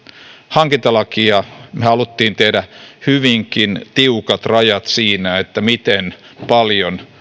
hankintalakia me halusimme tehdä hyvinkin tiukat rajat siinä miten paljon